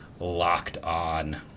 LOCKEDON